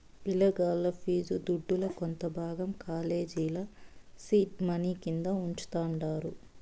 పిలగాల్ల ఫీజు దుడ్డుల కొంత భాగం కాలేజీల సీడ్ మనీ కింద వుంచతండారు